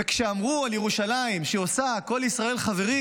וכשאמרו על ירושלים שהיא עושה את כל ישראל חברים,